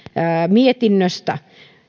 mietinnöstä